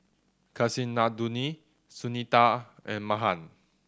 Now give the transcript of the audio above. Kasinadhuni Sunita and Mahan